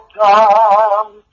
come